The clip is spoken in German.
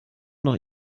noch